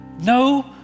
No